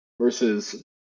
versus